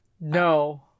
No